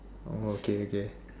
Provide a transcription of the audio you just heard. oh okay okay